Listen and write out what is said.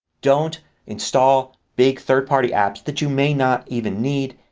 don't install big third party apps that you may not even need.